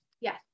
yes